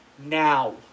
Now